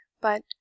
but—